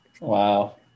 wow